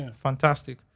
Fantastic